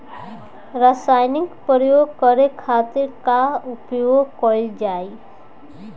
रसायनिक प्रयोग करे खातिर का उपयोग कईल जाइ?